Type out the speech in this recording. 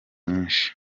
nyinshi